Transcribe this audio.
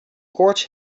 koorts